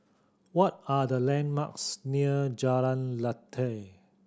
what are the landmarks near Jalan Lateh